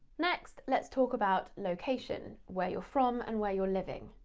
next let's talk about location, where you're from and where you're living.